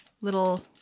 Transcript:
little